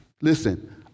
Listen